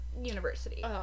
university